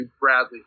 Bradley